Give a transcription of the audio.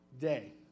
day